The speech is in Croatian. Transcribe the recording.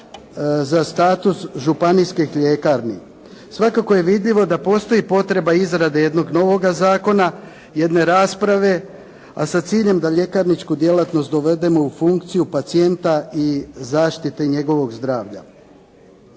za status županijskih ljekarni. Svakako je vidljivo da postoji potreba izrade jednog novog zakona, jedne rasprave, a sa ciljem da ljekarničku djelatnost dovedemo u funkciju pacijenta i zaštite njegovog zdravlja.